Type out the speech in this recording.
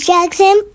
Jackson